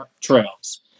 trails